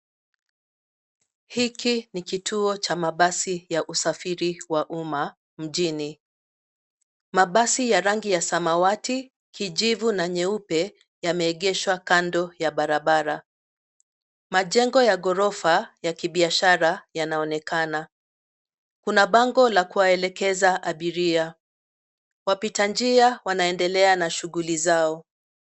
Hiki ni kituo cha mabasi ya usafiri wa umma mjini. Mabasi ya rangi ya samawati, kijivu na nyeupe yameegeshwa kando ya barabara. Majengo ya ghorofa ya kibiashara yanaonekana. Kuna bango la kuwaelekeza abiria. Wapita njia wanaendelea na shughuli zao.